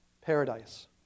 paradise